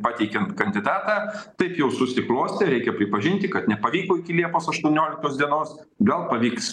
pateikiant kandidatą taip jau susiklostė reikia pripažinti kad nepavyko iki liepos aštuonioliktos dienos gal pavyks